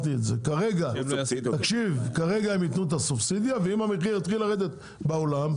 כרגע הם יתנו את הסובסידיה ואם המחיר יתחיל לרדת בעולם,